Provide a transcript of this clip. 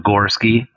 Gorski